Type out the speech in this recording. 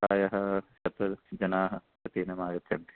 प्रायः सप्तदशजनाः प्रतिदिनमागच्छन्ति